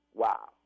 wow